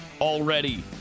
already